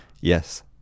Yes